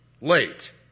late